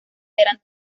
eran